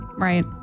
Right